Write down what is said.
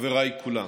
חבריי כולם,